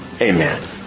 Amen